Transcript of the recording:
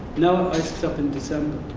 now it ices up in december.